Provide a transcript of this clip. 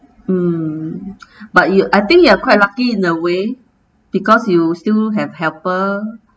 um but you I think you are quite lucky in a way because you still have helper